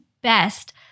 best